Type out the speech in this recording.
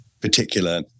particular